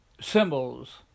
symbols